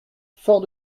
fort